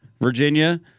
Virginia